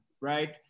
right